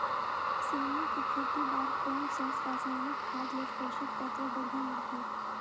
सेमी के खेती बार कोन सा रसायनिक खाद ले पोषक तत्व बढ़िया मिलही?